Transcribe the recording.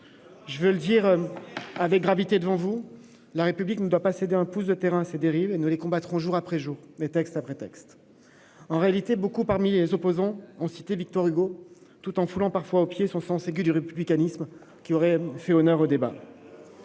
Je veux le dire avec gravité devant vous : la République ne doit pas céder un pouce de terrain face à ces dérives. Nous les combattrons jour après jour, texte après texte. Beaucoup parmi les opposants à cette réforme ont cité Victor Hugo, tout en foulant parfois au pied son sens aigu du républicanisme, lequel aurait fait honneur à nos débats.